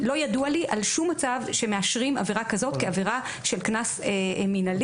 לא ידוע לי על שום מצב שמאשרים עבירה כזו כעברה של קנס מינהלי.